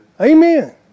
Amen